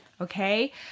okay